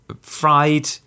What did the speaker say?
fried